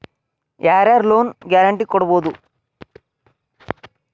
ಯಾರ್ ಯಾರ್ loan guarantee ಕೊಡ್ಬೊದು?